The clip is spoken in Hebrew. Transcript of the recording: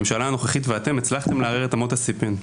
הממשלה הנוכחית ואתם הצלחתם לערער את אמות הסיפים.